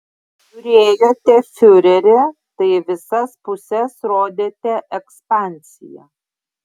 turėjote fiurerį tai į visas puses rodėte ekspansiją